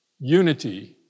Unity